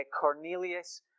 Cornelius